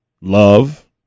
love